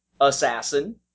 assassin